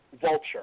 Vulture